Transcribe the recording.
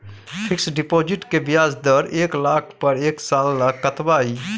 Fixed deposit के ब्याज दर एक लाख पर एक साल ल कतबा इ?